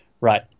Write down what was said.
right